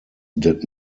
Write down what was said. did